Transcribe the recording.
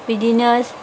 बिदिनो